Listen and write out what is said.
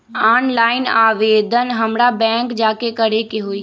Online आवेदन हमरा bank जाके करे के होई?